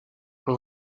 peut